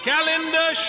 Calendar